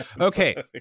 Okay